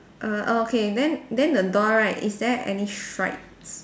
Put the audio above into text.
err okay then then the door right is there any stripes